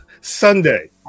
Sunday